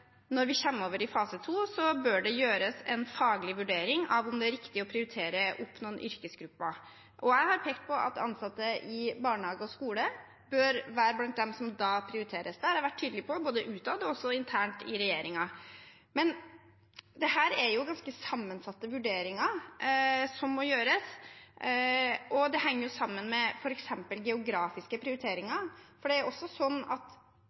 når vi kommer over i fase 2, bør det gjøres en faglig vurdering av om det er riktig å prioritere opp noen yrkesgrupper. Jeg har pekt på at ansatte i barnehager og skoler bør være blant dem som da prioriteres. Det har jeg vært tydelig på både utad og også internt i regjeringen. Men det er ganske sammensatte vurderinger som må gjøres, og det henger sammen med f.eks. geografiske prioriteringer. For det er også sånn at